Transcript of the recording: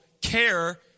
care